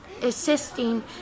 Assisting